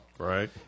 Right